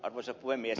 arvoisa puhemies